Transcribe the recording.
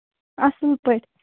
اَصٕل پٲٹھۍ